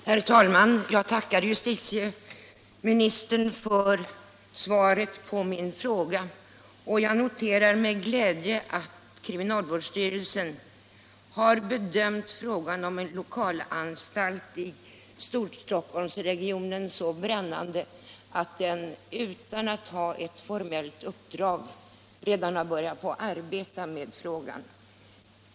Herr talman! Jag tackar justitieministern för svaret på min fråga, och jag noterar med glädje att kriminalvårdsstyrelsen har bedömt behovet av en lokalanstalt i Storstockholmsregionen som så brännande att den utan att ha ett formellt uppdrag redan har börjat arbeta med frågan.